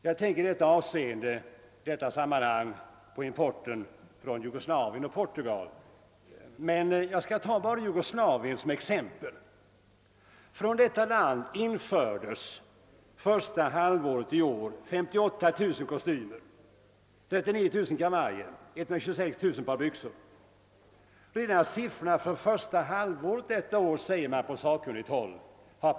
Jag tänker i detta sammanhang på importen från Jugoslavien och Portugal, men jag skall bara ta Jugoslavien som exempel. Från det landet infördes under första halvåret i år 58 000 kostymer, 39000 kavajer och 126 000 par byxor. Redan dessa siffror har passerat gränserna för det acceptabla, säger man på sakkunnigt håll.